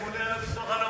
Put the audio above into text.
אני פונה אל הביטוח הלאומי,